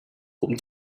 cũng